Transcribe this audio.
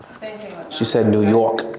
she said new york.